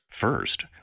First